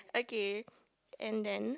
okay and then